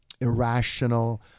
irrational